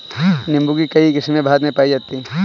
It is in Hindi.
नीम्बू की कई किस्मे भारत में पाई जाती है